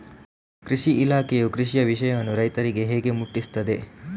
ಕೃಷಿ ಇಲಾಖೆಯು ಕೃಷಿಯ ವಿಷಯವನ್ನು ರೈತರಿಗೆ ಹೇಗೆ ಮುಟ್ಟಿಸ್ತದೆ?